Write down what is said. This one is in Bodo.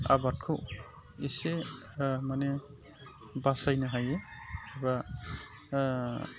आबादखौ एसे माने बासायनो हायो बा